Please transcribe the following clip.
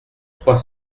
trois